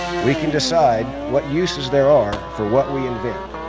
we can decide what uses there are for what we invent.